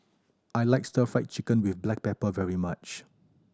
I like Stir Fry Chicken with black pepper very much